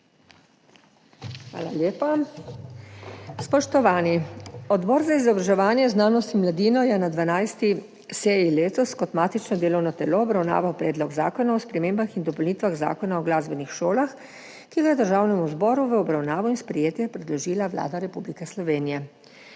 Hvala lepa. Spoštovani! Odbor za izobraževanje, znanost in mladino je na 12. seji letos kot matično delovno telo obravnaval Predlog zakona o spremembah in dopolnitvah Zakona o glasbenih šolah, ki ga je Državnemu zboru v obravnavo in sprejetje predložila Vlada Republike Slovenije.